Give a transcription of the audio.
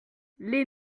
les